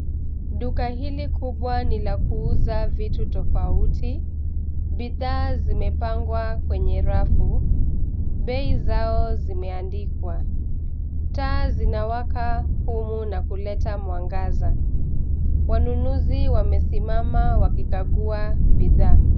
Duka hili kubwa ni la kuuza vitu tofauti, bidhaa zimepangwa kwenye rafu, bei zao zimeandikwa. Taa zinawaka humu na kuleta mwangaza. Wanunuzi wamesimama wakikagua bidhaa.